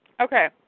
Okay